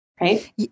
Right